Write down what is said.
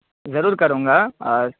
ضرور کروں گا اور